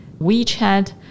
WeChat